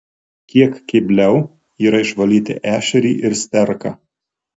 kiek kebliau yra išvalyti ešerį ir sterką